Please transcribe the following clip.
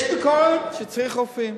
יש ביקורת, שצריך רופאים.